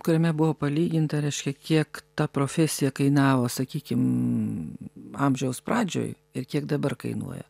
kuriame buvo palyginta reiškia kiek ta profesija kainavo sakykim amžiaus pradžioj ir kiek dabar kainuoja